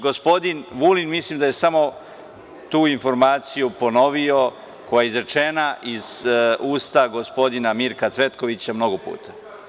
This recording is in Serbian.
Gospodin Vulin mislim da je samo tu informaciju ponovio, koja je izrečena iz usta gospodina Mirka Cvetkovića mnogo puta.